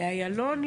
באיילון,